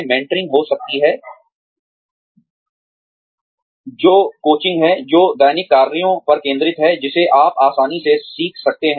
mentoring हो सकती है जो कोचिंग है जो दैनिक कार्यों पर केंद्रित है जिसे आप आसानी से सीख सकते हैं